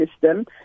system